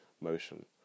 motion